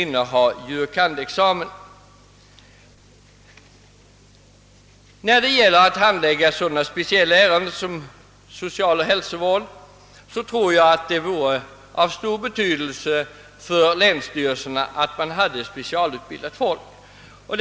När sådana speciella ärenden som de som berör socialoch hälsovård skall handläggas tror jag det vore av stor betydelse att länsstyrelserna hade specialutbildad personal.